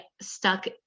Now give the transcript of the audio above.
stuck